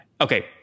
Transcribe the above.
Okay